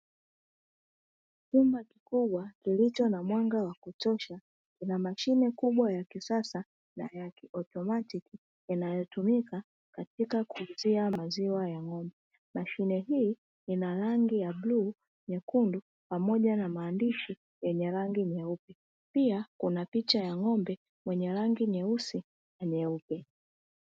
Chumba kikubwa kilicho na mwanga wa kutosha, kina mashine kubwa ya kisasa na ya kiautomatiki inayotumika katika kuuzia maziwa ya ng'ombe. Mashine hii ina rangi ya bluu, nyekundu pamoja na maandishi yenye rangi nyeupe; pia kuna picha ya ng'ombe mwenye rangi nyeusi na nyeupe.